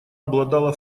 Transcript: обладала